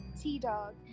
T-Dog